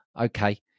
okay